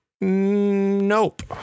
Nope